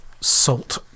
salt